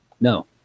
No